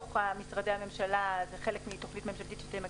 בתוך משרדי הממשלה כחלק מתוכנית ממשלתית שאתם כבר